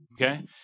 Okay